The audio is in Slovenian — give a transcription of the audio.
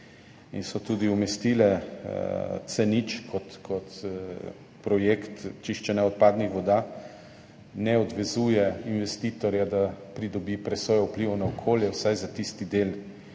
in so tudi umestili C0 kot projekt čiščenja odpadnih voda, ne odvezujejo investitorja, da pridobi presojo vplivov na okolje vsaj za tisti del,